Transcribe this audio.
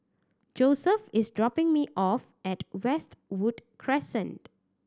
Josef is dropping me off at Westwood Crescent